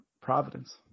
Providence